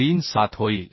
37 होईल